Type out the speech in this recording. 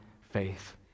faith